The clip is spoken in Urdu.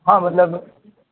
ہاں مطلب